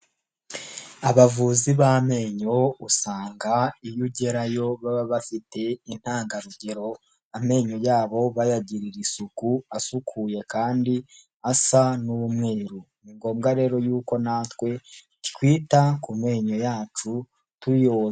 Abavuzi b'amenyo usanga iyo ugerayo baba bafite intangarugero, amenyo yabo bayagirira isuku, asukuye, kandi asa n'umweru, ni ngombwa rero yuko natwe twita ku menyo yacu tuyoza.